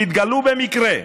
שהתגלו במקרה,